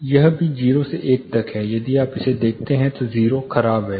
यह भी 0 से 1 तक है यदि आप इसे देखते हैं तो 0 खराब है